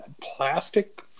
plastic